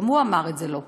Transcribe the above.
גם הוא אמר את זה לא פעם.